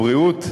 הבריאות?